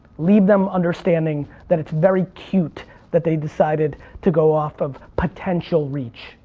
leave them understanding that it's very cute that they decided to go off of potential reach,